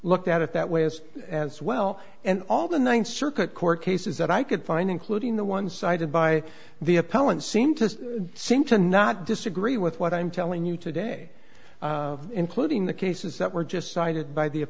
looked at it that way as as well and all the ninth circuit court cases that i could find including the one cited by the appellant seem to seem to not disagree with what i'm telling you today including the cases that were just cited by the